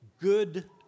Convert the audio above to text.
good